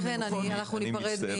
אז רק לפני כן אנחנו ניפרד מהשר.